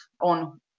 on